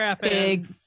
big